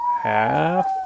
half